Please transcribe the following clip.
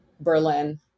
Berlin